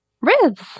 ribs